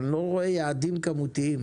אבל אני לא רואה יעדים כמותיים.